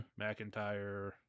McIntyre